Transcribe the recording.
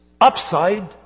upside